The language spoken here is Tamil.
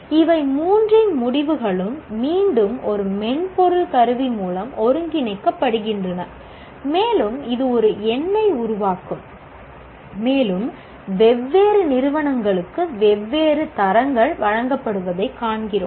இவை மூன்றின் முடிவுகளும் மீண்டும் ஒரு மென்பொருள் கருவி மூலம் ஒருங்கிணைக்கப்படுகின்றன மேலும் இது ஒரு எண்ணை உருவாக்கும் மேலும் வெவ்வேறு நிறுவனங்களுக்கு வெவ்வேறு தரங்கள் வழங்கப்படுவதைக் காண்கிறோம்